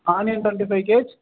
onion twenty five gauge